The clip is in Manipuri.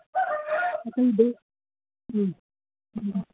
ꯑꯗꯨꯗꯣ ꯎꯝ ꯎꯝ